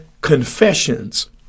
confessions